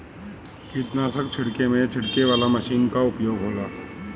कीटनाशक छिड़के में छिड़के वाला मशीन कअ उपयोग होला